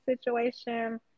situation